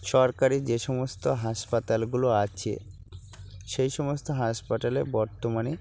সরকারি যে সমস্ত হাসপাতালগুলো আছে সেই সমস্ত হাসপাতালে বর্তমানে